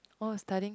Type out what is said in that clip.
orh studying